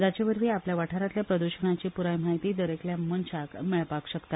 जाचेवरवी आपल्या वाठारातल्या प्रद्षणाची पुराय म्हायती दरेकल्या मनशाक मेळपाक शकता